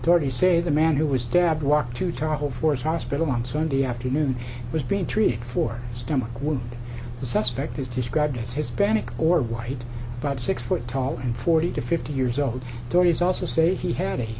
thirty say the man who was stabbed walk to terrible force hospital on sunday afternoon was being treated for stomach when the suspect is described as hispanic or white about six foot tall and forty to fifty years old tories also say he had a